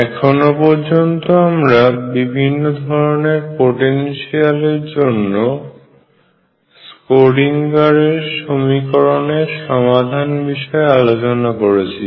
এখনো পর্যন্ত আমরা বিভিন্ন ধরনের পোটেনশিয়াল এর জন্য স্ক্রোডিঙ্গারের সমীকরণSchrödinger equation এর সমাধান বিষয়ে আলোচনা করেছি